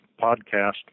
podcast